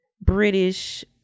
British